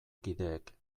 kideek